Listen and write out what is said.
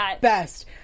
best